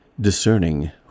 discerning